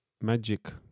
magic